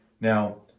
Now